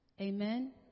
Amen